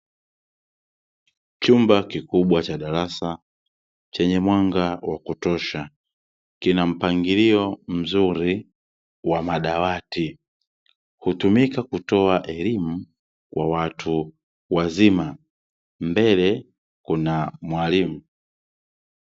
Chumba kikubwa cha darasa chenye mwanga wa kutosha kina mpangilio mzuri wa madawati, hutumika kutoa elimu kwa watu wazima mbele kuna mwalimu.